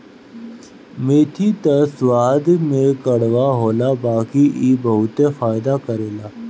मेथी त स्वाद में कड़वा होला बाकी इ बहुते फायदा करेला